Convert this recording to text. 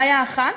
בעיה אחת,